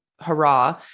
hurrah